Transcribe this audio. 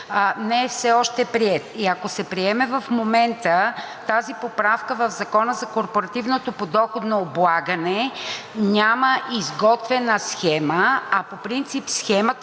приет все още. И ако се приеме, в момента тази поправка в Закона за корпоративното подоходно облагане няма изготвена схема. По принцип схемата